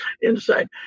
inside